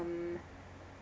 mm